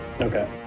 Okay